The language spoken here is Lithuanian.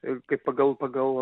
ir kaip pagal pagal